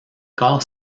corps